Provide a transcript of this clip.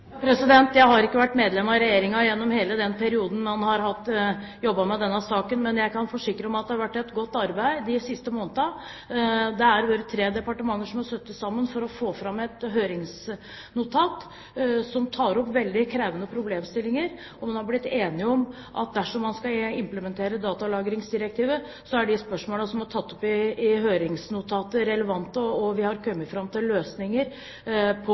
Jeg har ikke vært medlem av Regjeringen gjennom hele den perioden man har jobbet med denne saken, men jeg kan forsikre om at det har vært gjort et godt arbeid de siste månedene. Det har vært tre departement som har sittet sammen, for å få fram et høringsnotat som tar opp veldig krevende problemstillinger. Man har blitt enige om at dersom man skal implementere datalagringsdirektivet, er de spørsmålene som er tatt opp i høringsnotatet, relevante, og vi har kommet fram til løsninger på